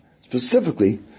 specifically